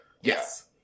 Yes